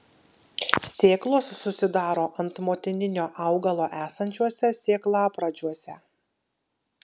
sėklos susidaro ant motininio augalo esančiuose sėklapradžiuose